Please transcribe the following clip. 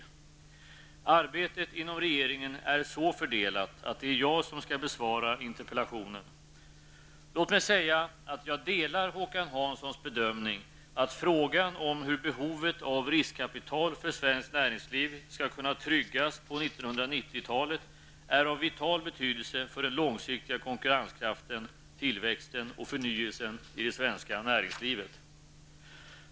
Arbetet inom regeringen är så fördelat att det är jag som skall besvara interpellationen. Låt mig säga att jag delar Håkan Hanssons bedömning att frågan om hur behovet av riskkapital för svenskt näringsliv skall kunna tryggas på 1990-talet är av vital betydelse för den långsiktiga konkurrenskraften, tillväxten och förnyelsen i det svenska näringslivet.